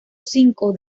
cinco